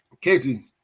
Casey